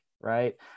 Right